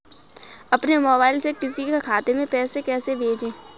अपने मोबाइल से किसी के खाते में पैसे कैसे भेजें?